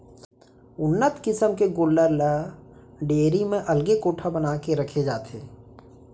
उन्नत किसम के गोल्लर ल डेयरी म अलगे कोठा बना के रखे जाथे